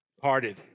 parted